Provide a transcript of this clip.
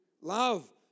Love